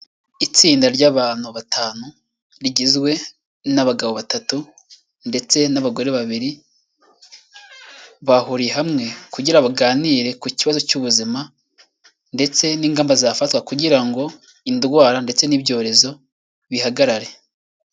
Itsinda ry'abantu batanu rigizwe n'abagabo batatu ndetse n'abagore babiri, bahuriye hamwe kugira ngo baganire ku kibazo cy'ubuzima ndetse n'ingamba zafatwa kugira ngo indwara ndetse n'ibyorezo bihagarare.